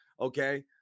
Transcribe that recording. Okay